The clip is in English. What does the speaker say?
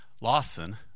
Lawson